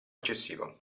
eccessivo